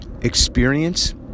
experience